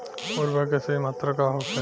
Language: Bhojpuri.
उर्वरक के सही मात्रा का होखे?